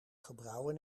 gebrouwen